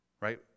Right